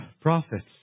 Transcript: prophets